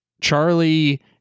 charlie